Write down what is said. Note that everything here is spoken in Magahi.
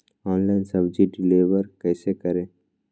ऑनलाइन सब्जी डिलीवर कैसे करें?